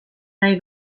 nahi